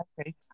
okay